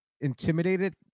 intimidated